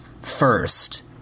first